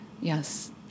Yes